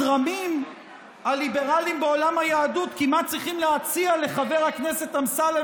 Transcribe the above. הזרמים הליברליים בעולם היהדות כמעט צריכים להציע לחבר הכנסת אמסלם